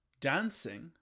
dancing